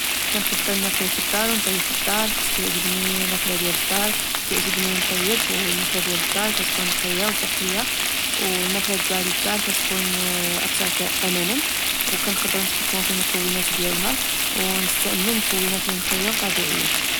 كنفضل ناكل في الدار و نطيب في الدار حيت كعجبني ماكلة ديال الدار، كعجبني نطيب، و الماكلة ديال الدار كتكون نقية وصحية. والماكلة ديال الدار كتكون أكثر أماناً، وكنقدو نتحكمو في المكونات ديالها ونستعمل مكونات لنقية و طبيعية،